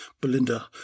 Belinda